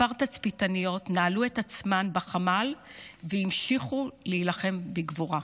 מספר תצפיתניות נעלו את עצמן בחמ"ל והמשיכו להילחם בגבורה.